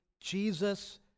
Jesus